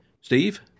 Steve